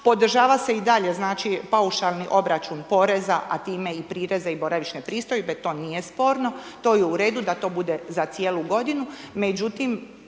podržava se i dalje znači paušalni obračun poreza, a time i prireza i boravišne pristojbe, to nije sporno, to je u redu da to bude za cijelu godinu.